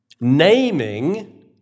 Naming